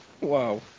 Wow